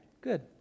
good